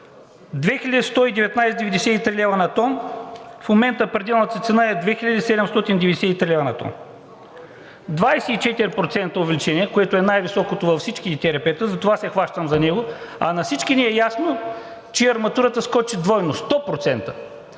на тон, в момента пределната цена е 2793 лв. на тон – 24% увеличение, което е най-високото във всички ТРП-та и затова се хващам на нея, а на всички ни е ясно, че арматурата скочи двойно – 100%.